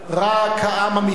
רק העם המצרי,